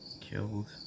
Killed